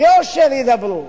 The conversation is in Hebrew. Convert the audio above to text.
ביושר ידברו,